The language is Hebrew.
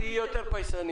את תהיי יותר פייסנית.